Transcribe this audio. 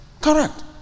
correct